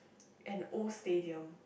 an old stadium